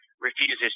refuses